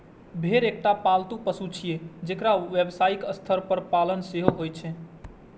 भेड़ एकटा पालतू पशु छियै, जेकर व्यावसायिक स्तर पर पालन सेहो होइ छै